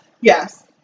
Yes